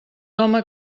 home